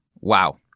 Wow